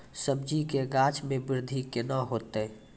सब्जी के गाछ मे बृद्धि कैना होतै?